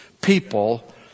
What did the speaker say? people